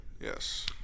Yes